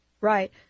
Right